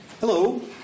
Hello